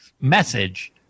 message